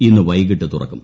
ഇന്ന് വൈകിട്ട് തുറക്കും